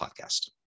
Podcast